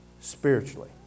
spiritually